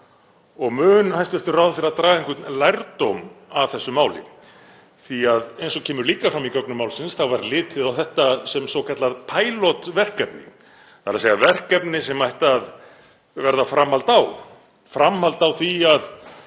Og mun hæstv. ráðherra draga einhvern lærdóm af þessu máli? Því að eins og kemur líka fram í gögnum málsins var litið á þetta sem svokallað „pilot“-verkefni, þ.e. verkefni sem ætti að verða framhald á, framhald á því að